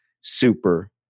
super